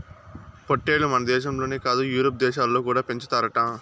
పొట్టేల్లు మనదేశంలోనే కాదు యూరోప్ దేశాలలో కూడా పెంచుతారట